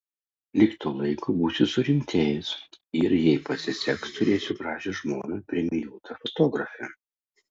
lig to laiko būsiu surimtėjęs ir jei pasiseks turėsiu gražią žmoną premijuotą fotografę